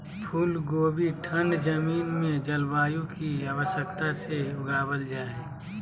फूल कोबी ठंड जमीन में जलवायु की आवश्यकता से उगाबल जा हइ